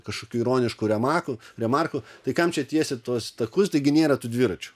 kažkokių ironiškų remarkų remarkų tai kam čia tiesti tuos takus taigi nėra tų dviračių